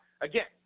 Again